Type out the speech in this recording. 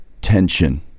tension